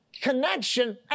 connection